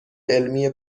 علمی